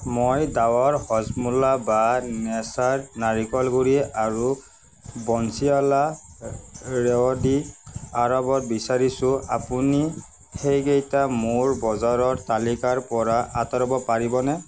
মই ডাৱৰ হজমোলা বা নেচাৰ নাৰিকল গুড়ি আৰু বন্সিৱালা ৰেৱদি আৰাৱত বিচাৰিছোঁ আপুনি সেইকেইটা মোৰ বজাৰৰ তালিকাৰ পৰা আঁতৰাব পাৰিবনে